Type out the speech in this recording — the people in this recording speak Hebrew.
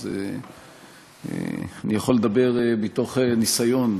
אז אני יכול לדבר מתוך ניסיון,